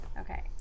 Okay